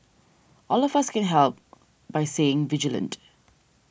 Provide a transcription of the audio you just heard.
all of us can help by saying vigilant